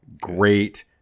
great